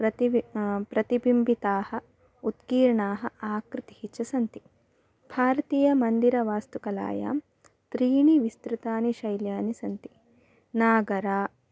प्रतिवि प्रतिबिम्बिताः उत्कीर्णाः आकृतिः च सन्ति भारतीयमन्दिरवास्तुकलायां त्रीणि विस्तृतानि शैल्यानि सन्ति नागरं